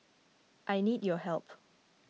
I need your help